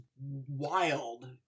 wild